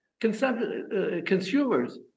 consumers